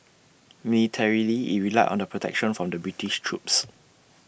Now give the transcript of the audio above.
militarily IT relied on the protections from the British troops